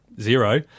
zero